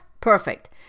perfect